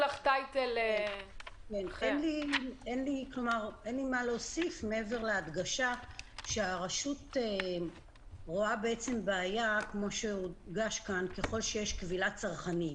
אין לי מה להוסיף מעבר להדגשה שהרשות רואה בעיה ככל שיש קבילה צרכנית.